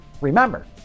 remember